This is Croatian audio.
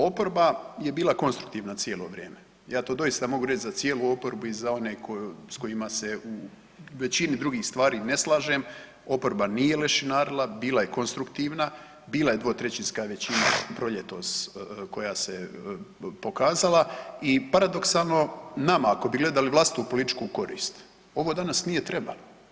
Oporba je bila konstruktivna cijelo vrijeme, ja to doista mogu reći za cijelu oporbu i za one s kojima se u većini drugih stvari ne slažem, oporba nije lešinarila, bila je konstruktivna, bila je 2/3 većina proljetost koja se pokazala i paradoksalno nama ako bi gledali vlastitu političku korist ovo danas nije trebalo.